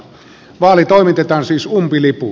vaali toimitetaan siis umpilipuin